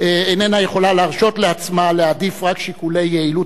איננה יכולה להרשות לעצמה להעדיף רק שיקולי יעילות